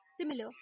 similar